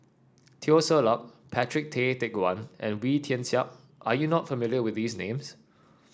Teo Ser Luck Patrick Tay Teck Guan and Wee Tian Siak are you not familiar with these names